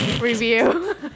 review